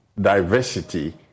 diversity